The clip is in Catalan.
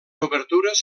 obertures